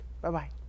Bye-bye